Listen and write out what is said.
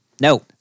no